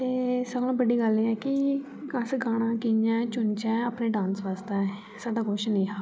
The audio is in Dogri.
ते सारे कोला बड्डी गल्ल एह् ऐ कि अस गाना कियां चुनचै अपने डांस वास्तै साढ़ा क्वाश्चन एह् हा